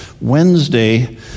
Wednesday